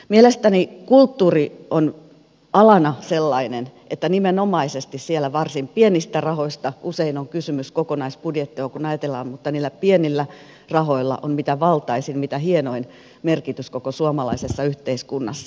mielestäni kulttuuri on alana sellainen että nimenomaisesti siellä varsin pienistä rahoista usein on kysymys kokonaisbudjettia kun ajatellaan mutta niillä pienillä rahoilla on mitä valtaisin mitä hienoin merkitys koko suomalaisessa yhteiskunnassa